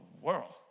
world